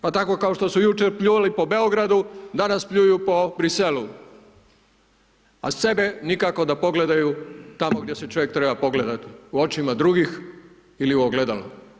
Pa tako kao što su jučer pljuvali po Beogradu, danas pljuju po Bruxellesu, a sebe nikako da pogledaju tamo gdje se čovjek treba pogledati, u očima drugih ili u ogledalo.